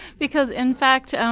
because, in fact,